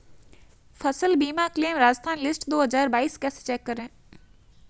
फसल बीमा claim Rajasthan list दो हज़ार बाईस कैसे चेक करें?